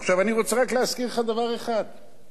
עכשיו,